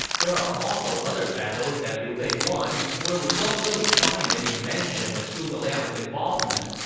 there are also other battles that liu bei won where we don't really find any mention of zhuge liang's involvement.